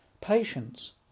patience